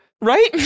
Right